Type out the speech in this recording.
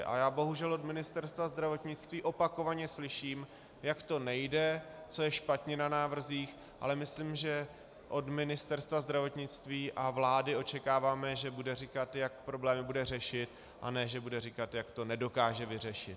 Ale já bohužel od Ministerstva zdravotnictví opakovaně slyším, jak to nejde, co je špatně na návrzích, ale myslím, že od Ministerstva zdravotnictví a vlády očekáváme, že budou říkat, jak problémy budou řešit, a ne že budou říkat, že to nedokážou vyřešit.